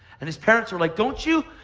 and his parents are like don't you,